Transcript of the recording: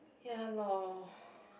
ya loh